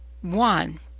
one